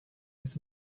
his